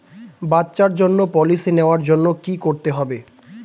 বাচ্চার জন্য পলিসি নেওয়ার জন্য কি করতে হবে?